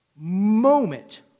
moment